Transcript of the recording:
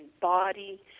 body